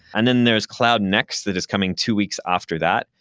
and then there's cloud next that is coming two weeks after that.